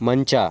ಮಂಚ